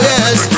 Yes